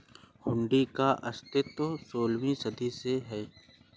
हुंडी का अस्तित्व सोलहवीं शताब्दी से है